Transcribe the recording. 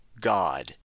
God